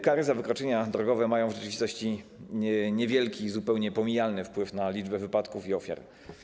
Kary za wykroczenia drogowe mają w rzeczywistości niewielki, zupełnie pomijalny, wpływ na liczbę wypadków i liczbę ofiar.